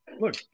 Look